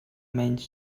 menys